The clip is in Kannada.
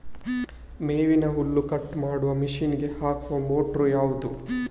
ಮೇವಿನ ಹುಲ್ಲು ಕಟ್ ಮಾಡುವ ಮಷೀನ್ ಗೆ ಹಾಕುವ ಮೋಟ್ರು ಯಾವುದು?